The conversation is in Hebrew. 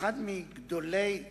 אחד מגדולי האדמו"רים,